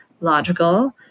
logical